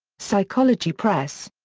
psychology press.